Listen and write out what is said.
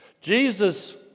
Jesus